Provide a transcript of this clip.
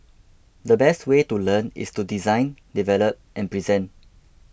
the best way to learn is to design develop and present